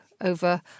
over